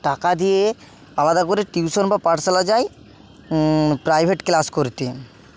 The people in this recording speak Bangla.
টাকা দিয়ে আলাদা করে টিউশন বা পাঠশালা যায় প্রাইভেট ক্লাস করতে